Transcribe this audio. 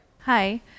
Hi